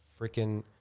freaking